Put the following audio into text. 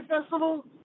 festival